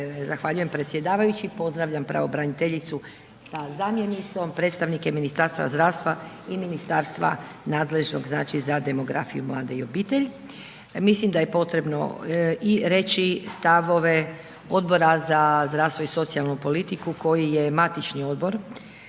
zahvaljujem predsjedavajući. Pozdravljam pravobraniteljicu sa zamjenicom, predstavnike Ministarstva zdravstva i Ministarstva nadležnog, znači, za demografiju, mlade i obitelj. Mislim da je potrebno i reći stavove Odbora za zdravstvo i socijalnu politiku koji je i Matični odbor